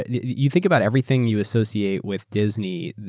ah you think about everything you associate with disney,